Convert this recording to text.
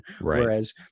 Whereas